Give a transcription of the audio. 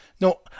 No